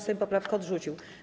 Sejm poprawkę odrzucił.